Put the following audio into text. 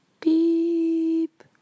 Beep